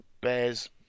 Bears